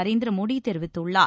நரேந்திரமோடி தெரிவித்துள்ளார்